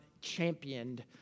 championed